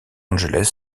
angeles